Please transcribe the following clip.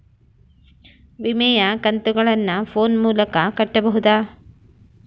ವಿಮೆಯ ಕಂತುಗಳನ್ನ ಫೋನ್ ಮೂಲಕ ಕಟ್ಟಬಹುದಾ?